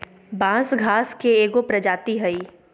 बांस घास के एगो प्रजाती हइ